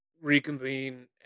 reconvene